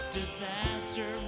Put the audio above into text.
disaster